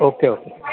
okay okay